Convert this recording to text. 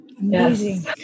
Amazing